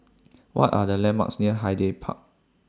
What Are The landmarks near Hyde Park